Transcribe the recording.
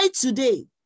today